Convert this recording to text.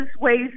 ways